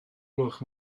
gloch